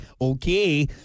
Okay